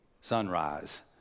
sunrise